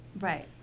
Right